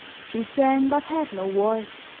she sang but had no voice.